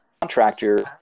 Contractor